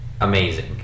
amazing